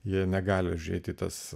jie negali užeiti į tas